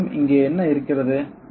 நம்மிடம் இங்கே என்ன இருக்கிறது